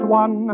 one